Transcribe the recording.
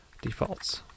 defaults